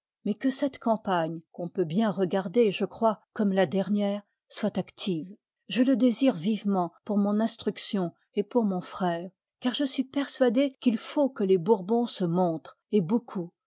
mais que cette campagne qu'on peut bien regarder je crois comme la dernière soit active je le désire vivement pour mon instruction et pour mon frère car je suis persuadé qu'il faut que les bourbons se montrent et beaucoup